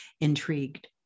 intrigued